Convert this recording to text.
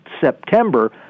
september